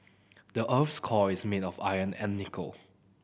the earth's core is made of iron and nickel